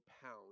pound